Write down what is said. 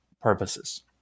purposes